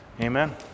Amen